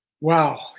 Wow